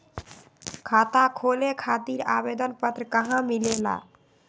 खाता खोले खातीर आवेदन पत्र कहा मिलेला?